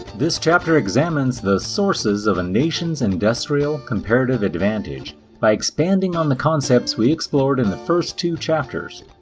this chapter examines the sources of a nation's industrial comparative advantage by expanding on the concepts we explored in the first two chapters.